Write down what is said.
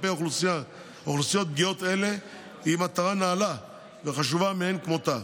כלפי אוכלוסיות פגיעות אלה היא מטרה נעלה וחשובה מאין כמותה.